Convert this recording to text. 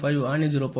5 आणि 0